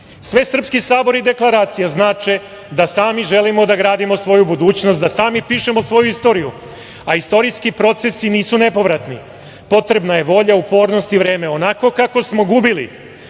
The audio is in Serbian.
tome. Svesrpski sabor i deklaracija znače da sami želimo da gradimo svoju budućnost, da sami pišemo svoju istoriju, a istorijski procesi nisu nepovratni. Potrebna je volja, upornost i vreme. Onako kako smo gubili